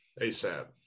ASAP